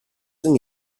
and